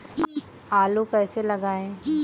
आलू कैसे लगाएँ?